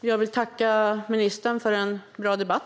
Jag vill tacka ministern för en bra debatt.